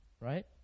right